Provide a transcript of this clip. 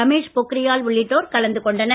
ரமேஷ் பொக்ரியால் உள்ளிட்டோர் கலந்து கொண்டனர்